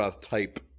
type